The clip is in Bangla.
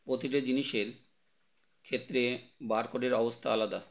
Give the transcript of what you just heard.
প্রতিটা জিনিসের ক্ষেত্রে বারকোডের অবস্থা আলাদা